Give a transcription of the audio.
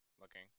looking